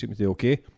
okay